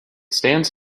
stands